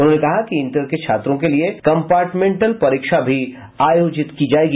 उन्होंने कहा कि इंटर के छात्रों के लिए कम्पार्टमेंटल परीक्षा भी आयोजित की जायेगी